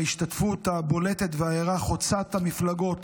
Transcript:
מההשתתפות הבולטת והערה חוצת המפלגות